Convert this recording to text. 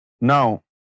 Now